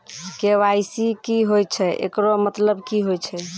KYC की होय छै, एकरो मतलब की होय छै?